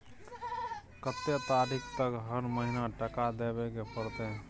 कत्ते तारीख तक हर महीना टका देबै के परतै?